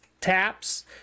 taps